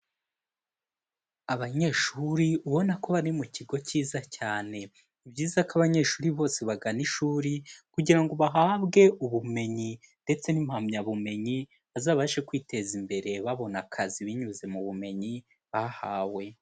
Abanyeshuri ubona ko bari mu kigo cyiza cyane, ni byiza ko abanyeshuri bose bagana ishuri kugira ngo bahabwe ubumenyi ndetse n'impamyabumenyi bazabashe kwiteza imbere babona akazi binyuze mu bumenyi bahawe.